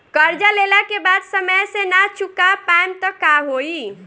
कर्जा लेला के बाद समय से ना चुका पाएम त का होई?